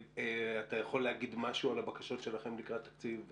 אתה יכול להגיד משהו על הבקשות שלכם לקראת תקציב 2021,